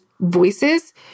voices